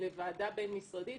לוועדה בין-משרדית?